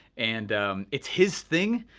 and it's his thing,